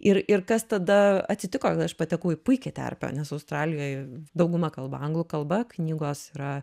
ir ir kas tada atsitiko aš patekau į puikiai terpą nes australijoj dauguma kalba anglų kalba knygos yra